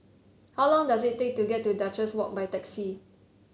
how long does it take to get to Duchess Walk by taxi